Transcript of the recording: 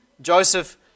Joseph